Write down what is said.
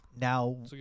now